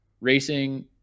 racing